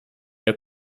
der